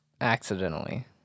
accidentally